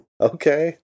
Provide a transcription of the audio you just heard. Okay